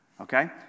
okay